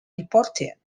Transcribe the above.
reported